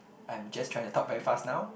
I'm just trying to talk very fast now